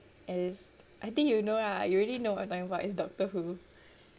and it's I think you know ah you already know what I'm talking about it's doctor who